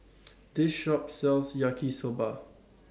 This Shop sells Yaki Soba